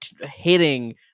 hitting